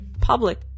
public